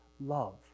love